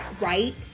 right